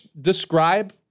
describe